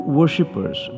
worshippers